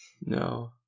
No